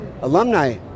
alumni